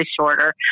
shorter